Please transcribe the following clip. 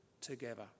together